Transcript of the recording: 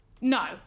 No